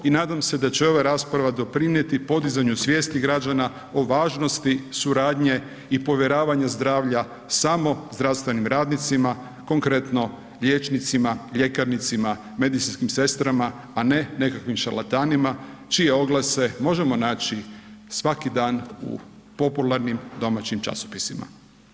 I nadam se da će ova rasprava doprinijeti podizanju svijesti građana o važnosti suradnje i povjeravanja zdravlja samo zdravstvenim radnicima, konkretno liječnicima, ljekarnicima, medicinskim sestrama a ne nekakvim šarlatanima čije oglase možemo naći svaki dan u popularnim domaćim časopisima.